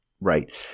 Right